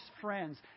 friends